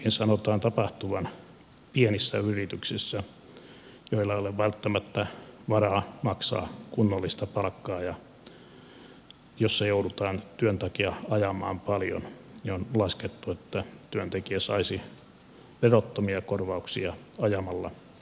tätä sanotaan tapahtuvan etenkin pienissä yrityksissä joilla ei ole välttämättä varaa maksaa kunnollista palkkaa ja joissa joudutaan työn takia ajamaan paljon ja on laskettu että työntekijä saisi verottomia korvauksia ajamalla autoa